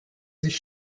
sich